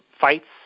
fights